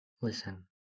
Listen